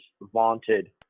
vaunted